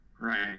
right